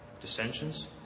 dissensions